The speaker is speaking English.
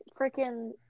freaking